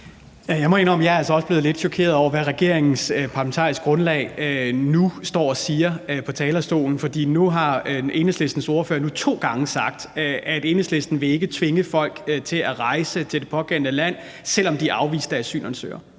også er blevet lidt chokeret over, hvad regeringens parlamentariske grundlag nu står og siger på talerstolen. Nu har Enhedslistens ordfører to gange sagt, at Enhedslisten ikke vil tvinge folk til at rejse til det pågældende land, selv om de er afviste asylansøgere.